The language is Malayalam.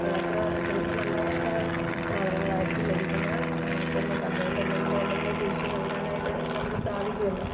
അത്ര ചിലപ്പോള് നല്ല സാധനങ്ങളായിരിക്കും ലഭിക്കുന്നത് അപ്പോള് കംപ്ലൈന്റ്റ് എന്തെങ്കിലും ഉണ്ടെങ്കില് തിരിച്ചു നല്കാനായായിട്ട് നമുക്ക് സാധിക്കുമല്ലൊ